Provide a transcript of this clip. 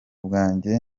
bwanjye